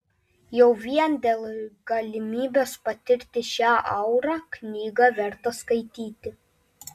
jau vien dėl galimybės patirti šią aurą knygą verta skaityti